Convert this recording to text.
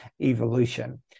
evolution